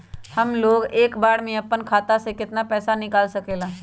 हमलोग एक बार में अपना खाता से केतना पैसा निकाल सकेला?